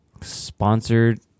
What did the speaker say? sponsored